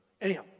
anyhow